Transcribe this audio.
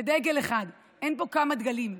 ודגל אחד, אין פה כמה דגלים.